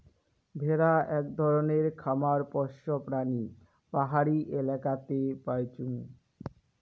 ভেড়া আক ধরণের খামার পোষ্য প্রাণী পাহাড়ি এলাকাতে পাইচুঙ